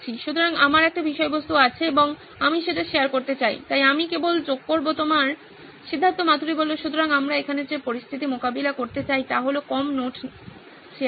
সুতরাং আমার একটি বিষয়বস্তু আছে এবং আমি সেটা শেয়ার করতে চাই তাই আমি কেবল যোগ করব তোমার সিদ্ধার্থ মাতুরি সুতরাং আমরা এখানে যে পরিস্থিতি মোকাবেলা করতে চাই তা হল কম নোট শেয়ার করা